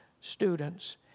students